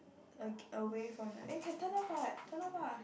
awa~ away from that eh can turn off what turn off uh